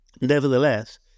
Nevertheless